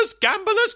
Gamblers